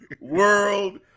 World